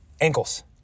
Ankles